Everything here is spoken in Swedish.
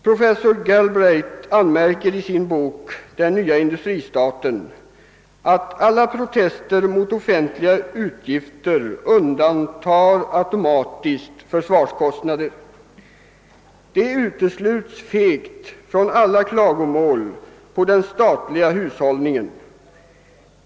Professor Galbraith skriver i sin bok Den nya industristaten följande: »Alla protester mot offentliga utgifter undantar automatiskt försvarskostnader ——— Försvarskostnaderna utesluts fegt från alla klagomål på den statliga hushållningen.